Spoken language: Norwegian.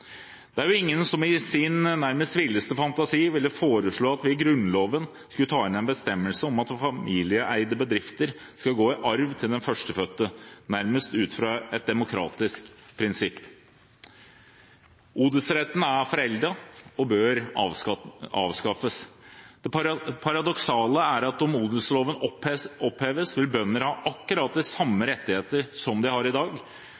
Det er jo ingen som i sin nærmest villeste fantasi ville foreslå at vi i Grunnloven skulle ta inn en bestemmelse om at familieeide bedrifter skal gå i arv til den førstefødte nærmest ut fra et demokratisk prinsipp. Odelsretten er foreldet og bør avskaffes. Det paradoksale er at om odelsloven oppheves, vil bønder ha akkurat de samme rettigheter som de har i dag